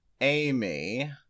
Amy